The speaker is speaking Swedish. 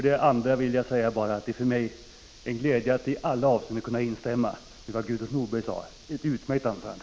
Det är för mig en glädje att i alla avseenden kunna instämma i vad Gudrun Norberg sade. Det var ett utmärkt anförande.